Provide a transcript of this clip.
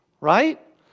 right